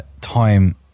time